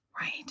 Right